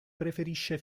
preferisce